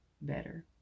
better